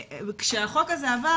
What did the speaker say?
כשהחוק הזה עבר,